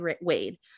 Wade